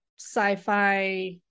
sci-fi